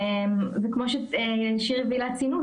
וכמו ששירי והלה ציינו,